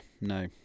no